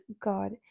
God